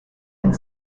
and